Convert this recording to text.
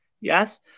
yes